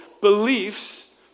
beliefs